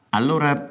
allora